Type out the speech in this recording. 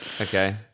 Okay